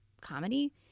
comedy